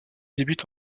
débute